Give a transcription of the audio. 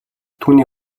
түүний